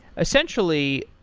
essentially,